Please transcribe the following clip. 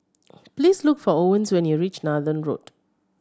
please look for Owens when you reach Nathan Road